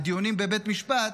בבית משפט,